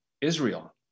Israel